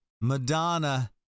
Madonna